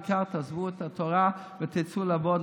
העיקר תעזבו את התורה ותצאו לעבוד,